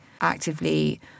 actively